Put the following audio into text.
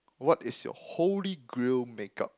what is your holy grail make up